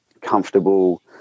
comfortable